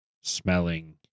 smelling